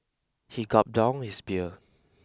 he gulped down his beer